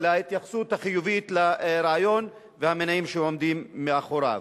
להתייחסות החיובית לרעיון והמניעים שעומדים מאחוריו.